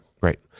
right